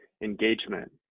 engagement